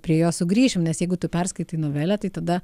prie jos sugrįšim nes jeigu tu perskaitai novelę tai tada